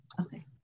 Okay